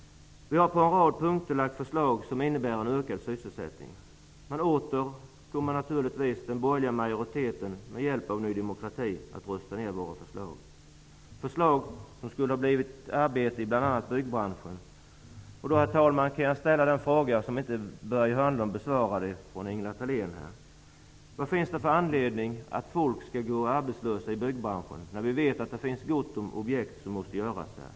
Vi har på en rad punkter framlagt förslag, som innebär en ökad sysselsättning. Men åter kommer naturligtvis den borgerliga majoriteten att med hjälp av Ny demokrati rösta ner våra förslag, som skulle ha givit arbeten i bl.a. byggbranschen. Våra förslag hade inneburit 40 000 jobb till ungdomar och långtidsarbetslösa genom rekryteringsstöd och stopp för uppsägningar av personal i kommunerna. Börje Hörnlund inte besvarade: Varför skall människor gå arbetslösa i byggbranschen, när vi vet att det finns gott om objekt som måste utföras?